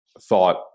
thought